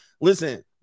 Listen